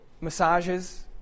Massages